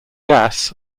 gas